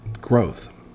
growth